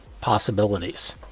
possibilities